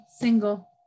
single